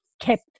kept